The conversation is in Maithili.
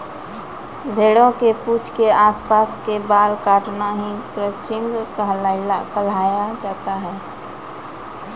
भेड़ के पूंछ के आस पास के बाल कॅ काटना हीं क्रचिंग कहलाय छै